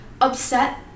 upset